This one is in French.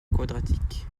quadratique